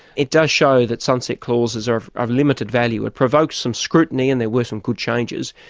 it does show that sunset clauses are of limited value it provokes some scrutiny, and there were some good changes,